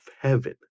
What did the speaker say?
heaven